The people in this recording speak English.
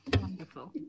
Wonderful